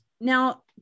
now